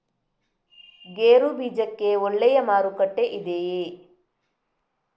ಗೇರು ಬೀಜಕ್ಕೆ ಒಳ್ಳೆಯ ಮಾರುಕಟ್ಟೆ ಇದೆಯೇ?